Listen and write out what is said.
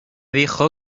dijo